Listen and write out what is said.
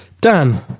Dan